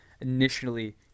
initially